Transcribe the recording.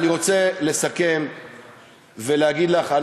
אני רוצה לסכם ולהגיד לך,